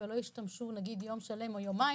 ולא השתמשו למשל יום שלם או יומיים,